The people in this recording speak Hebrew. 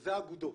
שזה האגודות.